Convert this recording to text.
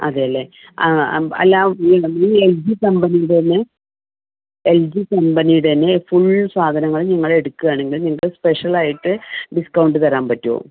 അതെ അല്ലെ അല്ലാ ഈ എൽ ജീ കമ്പനിയുടെ തന്നെ എൽ ജീ കമ്പനിയുടെ തന്നെ ഫുൾ സാധനങ്ങളും നിങ്ങൾ എടുക്കുകയാണെങ്കിൽ നിങ്ങൾക്ക് സ്പെഷ്യൽ ആയിട്ട് ഡിസ്കൗണ്ട് തരാൻ പറ്റുവോ